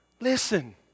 Listen